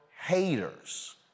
haters